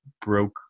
broke